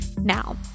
now